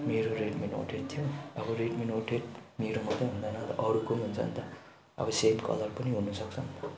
अब मेरो Redmi note eight थियो अब रेडमी नोटे एट मेरो मात्रै हुँदैन अरूको पनि छ नि त अब सेम कलर पनि हुन सक्छ